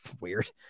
weird